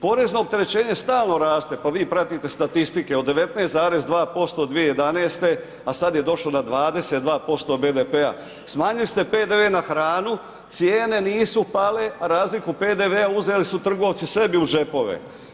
Porezno opterećenje stalno raste, pa vi pratite statistike od 19,2% 2011., a sada je došlo na 22% BDP-a, smanjili ste PDV na hranu, cijene nisu pale, a razliku PDV-a uzeli su trgovci sebi u džepove.